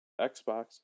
Xbox